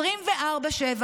24/7,